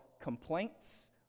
complaints